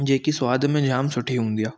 जेकि स्वाद में जाम सुठी हूंदी आहे